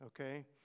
Okay